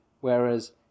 Whereas